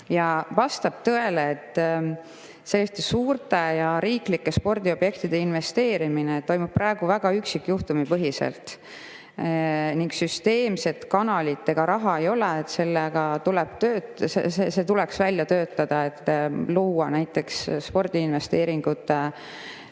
vastab tõele, et sellistesse suurtesse ja riiklikesse spordiobjektidesse investeerimine toimub praegu väga üksikjuhtumi põhiselt, ning süsteemset kanalit ega raha ei ole. See tuleks välja töötada, et luua näiteks spordiinvesteeringute, ütleme,